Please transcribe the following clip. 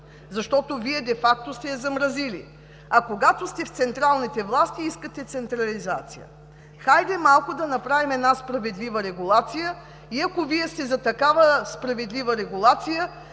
защото Вие де факто сте я замразили, а когато сте в централните власти, искате централизация. Хайде, малко да направим една справедлива регулация. И ако Вие сте за такава справедлива регулация,